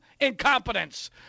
incompetence